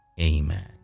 Amen